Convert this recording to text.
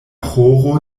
ĥoro